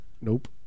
Nope